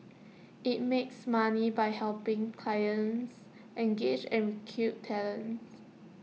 IT makes money by helping clients engage and recruit talents